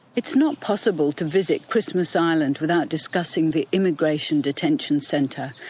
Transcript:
it's not possible to visit christmas island without discussing the immigration detention centre,